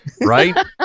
Right